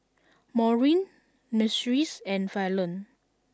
Maureen Myrtis and Fallon